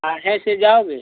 काहे से जाओगे